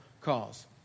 cause